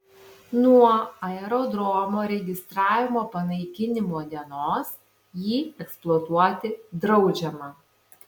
nuo aerodromo registravimo panaikinimo dienos jį eksploatuoti draudžiama